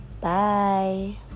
Bye